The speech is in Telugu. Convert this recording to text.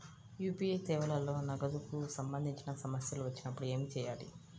యూ.పీ.ఐ సేవలలో నగదుకు సంబంధించిన సమస్యలు వచ్చినప్పుడు ఏమి చేయాలి?